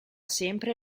sempre